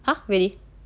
!huh! really